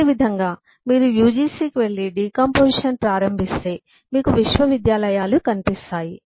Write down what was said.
అదేవిధంగా మీరు యుజిసికి వెళ్లి డికాంపొజిషన్ ప్రారంభిస్తే మీకు విశ్వవిద్యాలయాలు కనిపిస్తాయి